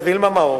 גברת וילמה מאור,